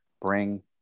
bring